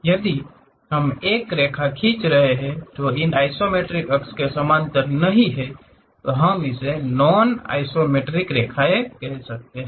यदि हम एक रेखा खींच रहे हैं जो इन आइसोमेट्रिक अक्ष के समानांतर नहीं तो हम इसे नॉन आइसोमेट्रिक रेखाएँ कहते हैं